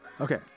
Okay